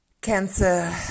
cancer